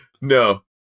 No